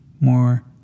more